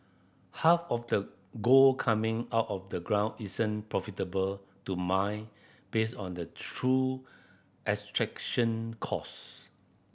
half of the gold coming out of the ground isn't profitable to mine based on the true extraction cost